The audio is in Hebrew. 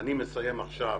אני מסיים עכשיו